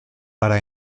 para